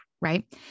right